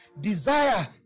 Desire